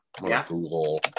Google